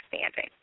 Standing